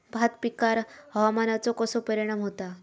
भात पिकांर हवामानाचो कसो परिणाम होता?